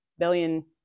billion